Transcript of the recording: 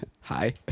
hi